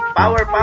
hour